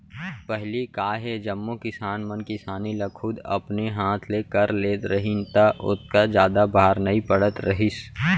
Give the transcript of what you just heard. पहिली का हे जम्मो किसान मन किसानी ल खुद अपने हाथ ले कर लेत रहिन त ओतका जादा भार नइ पड़त रहिस